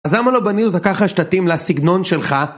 אז למה לא בנינו אותה ככה שתתאים לסגנון שלך?